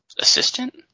Assistant